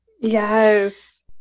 Yes